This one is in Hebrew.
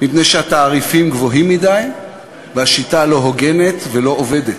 מפני שהתעריפים גבוהים מדי והשיטה לא הוגנת ולא עובדת.